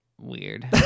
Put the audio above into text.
weird